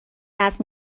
حرف